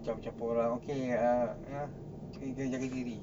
campur-campur orang okay uh jaga diri